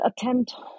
attempt